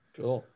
cool